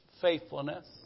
faithfulness